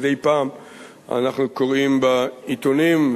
ומדי פעם אנחנו קוראים בעיתונים,